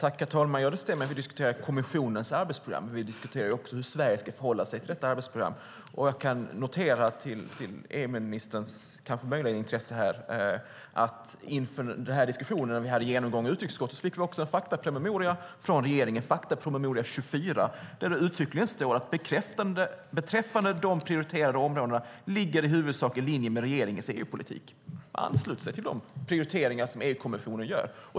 Herr talman! Ja, det stämmer när vi diskuterar kommissionens arbetsprogram, men vi diskuterar också hur Sverige ska förhålla sig till det arbetsprogrammet. Jag kan nämna, vilket möjligen är av intresse för EU-ministern, att vi inför den genomgång vi hade i utrikesutskottet fick en faktapromemoria från regeringen, Faktapromemoria 24, där det uttryckligen står: "Beträffande de prioriterade områdena ligger de i huvudsak i linje med regeringens EU-politik." Man ansluter sig till de prioriteringar som EU-kommissionen gör.